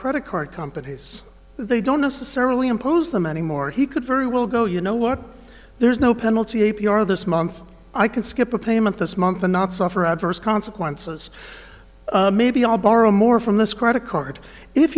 credit card companies they don't necessarily impose them anymore he could for we'll go you know what there's no penalty a p r this month i can skip a payment this month or not suffer adverse consequences maybe i'll borrow more from this credit card